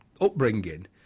upbringing